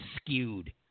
skewed